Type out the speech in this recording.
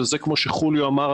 וזה כמו שחוליו אמר,